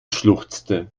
schluchzte